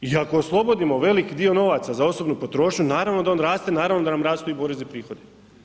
I ako oslobodimo velik dio novaca za osobnu potrošnju naravno da on raste, naravno da nam rastu i porezni prihodi.